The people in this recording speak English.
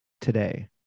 today